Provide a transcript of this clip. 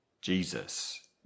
Jesus